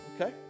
Okay